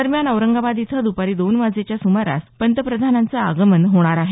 दरम्यान औरंगाबाद इथं दुपारी दोन वाजेच्या सुमारास पंतप्रधानांचं आगमन होणार आहे